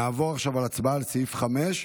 נעבור עכשיו להצבעה על סעיף 5,